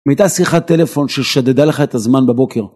הייתה שיחת טלפון ששדדה לך את הזמן בבוקר?